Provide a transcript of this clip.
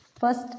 First